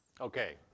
Okay